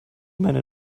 meine